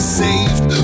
saved